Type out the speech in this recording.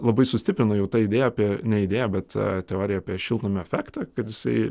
labai sustiprino jau tą idėją apie ne įdėją bet teoriją apie šiltnamio efektą kad jisai